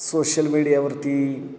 social मीडियावरती